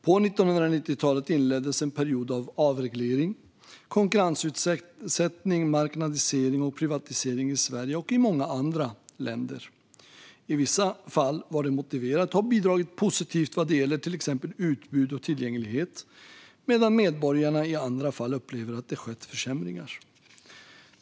På 1990-talet inleddes en period av avreglering, konkurrensutsättning, marknadisering och privatisering i Sverige och i många andra länder. I vissa fall var det motiverat och har bidragit positivt vad gäller till exempel utbud och tillgänglighet, medan medborgarna i andra fall upplever att det har skett försämringar.